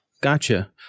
Gotcha